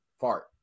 fart